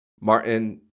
Martin